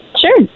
Sure